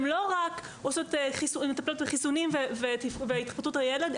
הן לא רק מטפלות בחיסונים והתפתחות הילד,